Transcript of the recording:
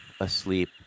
asleep